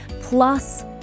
plus